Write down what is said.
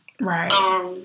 Right